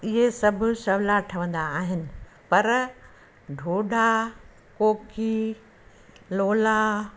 इहे सभु सवला ठहंदा आहिनि पर डोढा कोकी लोला